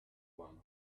one